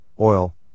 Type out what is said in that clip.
oil